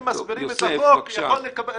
המציעים מסבירים את החוק יכול לקבל --- יוסף,